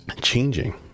changing